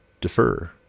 defer